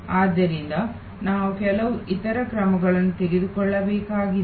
ಆದ್ದರಿಂದ ನಾವು ಕೆಲವು ಇತರ ಕ್ರಮಗಳನ್ನು ತೆಗೆದುಕೊಳ್ಳಬೇಕಾಗಿದೆ